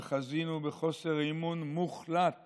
וחזינו בחוסר אמון מוחלט